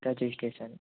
registration